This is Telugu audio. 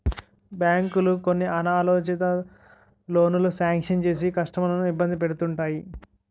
బ్యాంకులు కొన్ని అనాలోచిత లోనులు శాంక్షన్ చేసి కస్టమర్లను ఇబ్బంది పెడుతుంటాయి